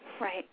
Right